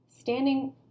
standing